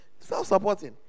self-supporting